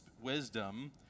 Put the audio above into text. wisdom